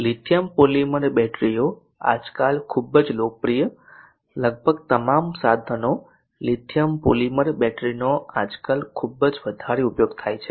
lithium polymer બેટરીઓ આજકાલ ખૂબ જ લોકપ્રિય લગભગ તમામ સાધનો લિથિયમ પોલિમર બેટરીનો આજકાલ ખૂબ જ વધારે ઉપયોગ કરે છે